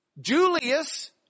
Julius